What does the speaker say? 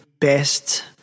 Best